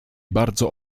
bardzo